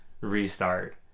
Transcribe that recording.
restart